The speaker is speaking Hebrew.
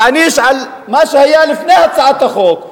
להעניש על מה שהיה לפני הצעת החוק,